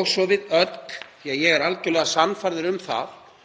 og svo við öll því að ég er algerlega sannfærður um að